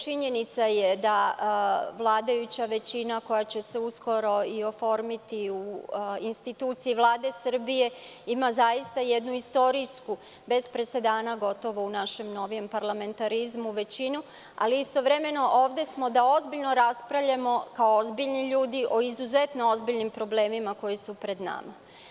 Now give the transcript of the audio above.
Činjenica je da vladajuća većina koja će se uskoro i oformiti u instituciji Vlade Srbije ima zaista jednu istorijsku, bez presedana u našem novijem parlamentarizmu većinu, ali istovremeno ovde smo da ozbiljno raspravljamo kao ozbiljni ljudi o izuzetno ozbiljni problemima koji su pred nama.